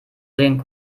sehen